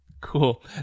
Cool